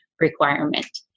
requirement